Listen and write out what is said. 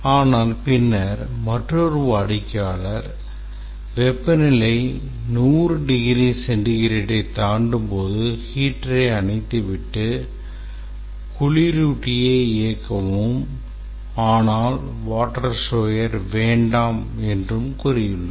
ஆனால் பின்னர் மற்றொரு வாடிக்கையாளர் வெப்பநிலை 100 டிகிரி சென்டிகிரேட்டை தாண்டும்போது ஹீட்டரை அணைத்துவிட்டு குளிரூட்டியை இயக்கவும் ஆனால் water shower வேண்டாம் என்று கூறியுள்ளார்